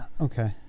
Okay